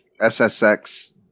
SSX